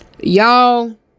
y'all